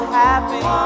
happy